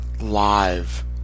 live